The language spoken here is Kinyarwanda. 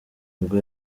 nibwo